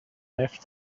left